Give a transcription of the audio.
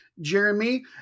Jeremy